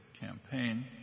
campaign